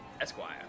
Esquire